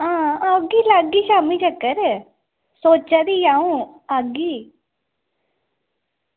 आं ओगे लाह्गे भी शामीं चक्कर ओह् तां खरी अंऊ आह्गी